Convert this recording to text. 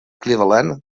cleveland